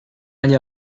any